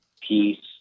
peace